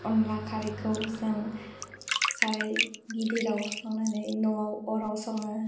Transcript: अन्द्ला खारैखौ जों साराय गिदिराव संनानै न'आव अराव सङो